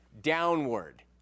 downward